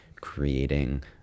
creating